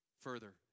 further